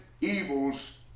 evils